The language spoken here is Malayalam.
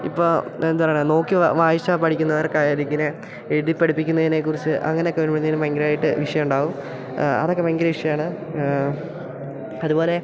ഇപ്പോൾ എന്താ പറയണെ നോക്കി വായിച്ചാൽ പഠിക്കുന്നവർക്കായി ഇതിങ്ങനെ എഴുതി പഠിപ്പിക്കുന്നതിനെക്കുറിച്ച് അങ്ങനെയൊക്കെ വരുമ്പോഴത്തേനും ഭയങ്കരമായിട്ട് വിഷയമുണ്ടാവും അതൊക്കെ ഭയങ്കര ഇഷ്യുവാണ് അതുപോലെ